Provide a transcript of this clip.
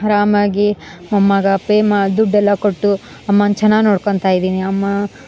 ಆರಾಮಾಗಿ ಅಮ್ಮಗ ಆ ಪೇ ದುಡ್ಡೆಲ್ಲ ಕೊಟ್ಟು ಅಮ್ಮನ್ನ ಚೆನ್ನಾಗಿ ನೋಡ್ಕೊಳ್ತಾ ಇದ್ದೀನಿ ಅಮ್ಮ